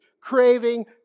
craving